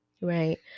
right